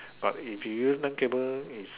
but if you use land cable is